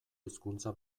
hizkuntza